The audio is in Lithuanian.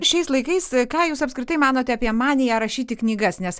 šiais laikais ką jūs apskritai manote apie maniją rašyti knygas nes